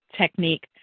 technique